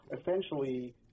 essentially